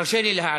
תרשה לי להעריך,